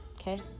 Okay